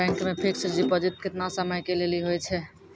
Bank मे fixed deposit केतना समय के लेली होय छै?